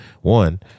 One